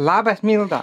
labas milda